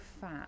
fat